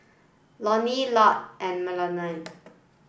Loney Lott and Melony